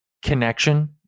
connection